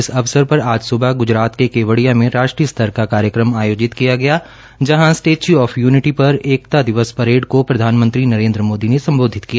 इस अवसर पर आज सुबह गुजरात के केवडिया में राष्ट्रीय स्तर का कार्यक्रम आयोजित किया गया जहां स्टेच् ऑफ युनिटी पर एकता दिवस परेड को प्रधानमंत्री नरेन्द्र मोदी ने संबोधित किया